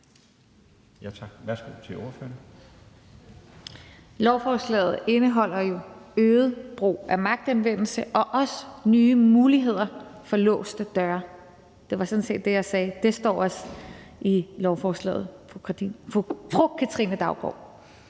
Kl. 12:13 Rosa Lund (EL): Lovforslaget indeholder jo øget brug af magtanvendelse og også nye muligheder for låste døre. Det var sådan set det, jeg sagde. Det står også i lovforslaget, fru Katrine Daugaard.